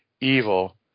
evil